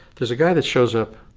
there's a guy that shows up